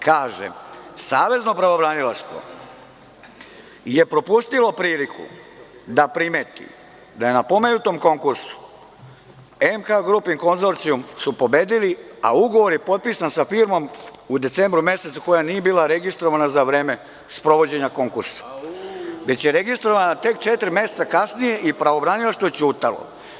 Kažem - savezno pravobranilaštvo je propustilo priliku da primeti da su na pomenutom konkursu „MK Grupe Konzorcijum“ pobedili, a ugovor je potpisan sa firmom u decembru mesecu, koja nije bila registrovana za vreme sprovođenja konkursa, već je registrovana tek četiri meseca kasnije i pravobranilaštvo je ćutalo.